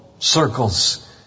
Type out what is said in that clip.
Circles